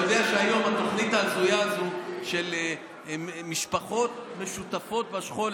אתה יודע שהיום התוכנית ההזויה הזאת של משפחות משותפות בשכול,